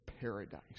paradise